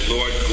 Lord